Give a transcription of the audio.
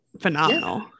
phenomenal